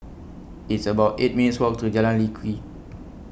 It's about eight minutes' Walk to Jalan Lye Kwee